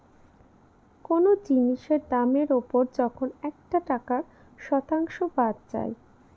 কোনো জিনিসের দামের ওপর যখন একটা টাকার শতাংশ বাদ যায়